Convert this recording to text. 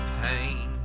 pain